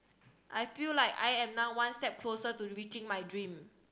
I feel like I am now one step closer to reaching my dream